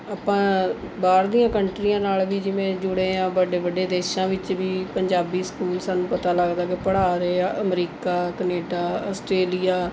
ਆਪਾਂ ਬਾਹਰ ਦੀਆਂ ਕੰਟਰੀਆਂ ਨਾਲ਼ ਵੀ ਜਿਵੇਂ ਜੁੜੇ ਹਾਂ ਵੱਡੇ ਵੱਡੇ ਦੇਸ਼ਾਂ ਵਿੱਚ ਵੀ ਪੰਜਾਬੀ ਸਕੂਲ ਸਾਨੂੰ ਪਤਾ ਲੱਗਦਾ ਕਿ ਪੜ੍ਹਾ ਰਹੇ ਆ ਅਮਰੀਕਾ ਕਨੇਡਾ ਆਸਟ੍ਰੇਲੀਆ